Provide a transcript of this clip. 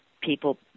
people